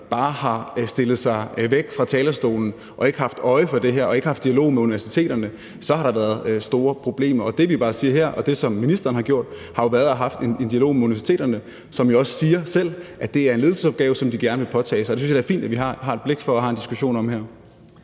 bare har stillet sig væk fra talerstolen og ikke har haft øje for det her og ikke har haft dialog med universiteterne, har der været store problemer. Det, vi bare ønsker her, og det har ministeren haft, er at have en dialog med universiteterne, som jo også selv siger, at det er en ledelsesopgave, som de gerne vil påtage sig, og det synes jeg da er fint at vi har et blik for og har en diskussion om her.